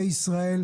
בכבישי ישראל,